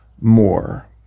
more